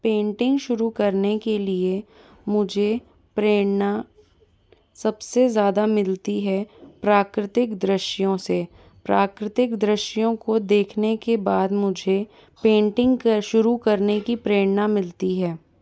painting शुरू करने के लिए मुझे प्रेरणा सबसे ज़्यादा मिलती है प्राकृतिक दृश्यों से प्राकृतिक दृश्यों को देखने के बाद मुझे पेंटिंग का शुरू करने की प्रेरणा मिलती है